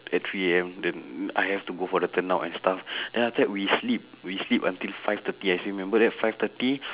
at three A_M then I have to go for the turnout and stuff then after that we sleep we sleep until five thirty I still remember that five thirty